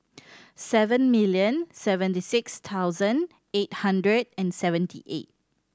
seven million seventy six thousand eight hundred and seventy eight